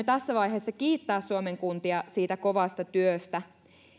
tässä vaiheessa kiittää suomen kuntia siitä kovasta työstä